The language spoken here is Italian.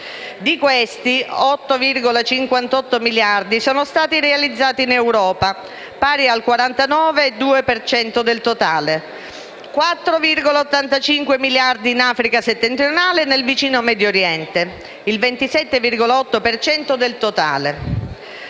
di questi, 8,58 miliardi sono stati realizzati in Europa (pari al 49,2 per cento del totale), 4,85 miliardi in Africa settentrionale e nel vicino Medio Oriente (27,8 per cento